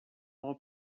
all